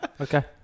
Okay